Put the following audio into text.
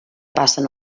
passen